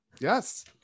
Yes